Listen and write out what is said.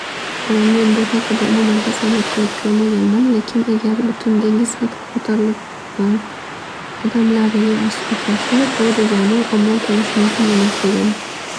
Men bu haqida umuman tasavvur qilib ko'rmaganman. Lekin agar butun dengiz satxi ko'tarilib odamlar yer ostida bu degani omon qolish mumkin emas degani.